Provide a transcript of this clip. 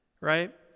right